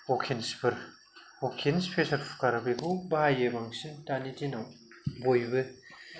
हकिन्सफोर हकिन्स फ्रेसार कुकार बेखौ बाहायो बांसिन दानि दिनाव बयबो